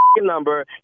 number